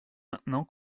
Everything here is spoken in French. maintenant